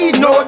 no